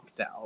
out